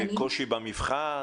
קושי במבחן?